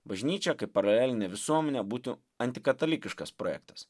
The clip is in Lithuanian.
bažnyčia kaip paralelinė visuomenė būtų antikatalikiškas projektas